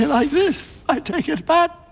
like i take it back.